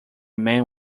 man